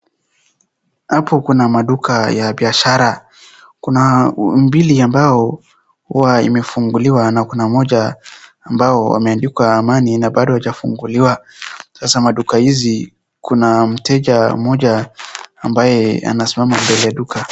Hapo kuna maduka ya biashara, kuna mbili ambayo huwa imefunguliwa na kuna moja ambayo imeandikwa amani na bado haijafunguliwa, sasa maduka hizi kuna mteja mmoja ambaye amesimama mbela ya duka.